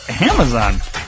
Amazon